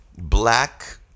black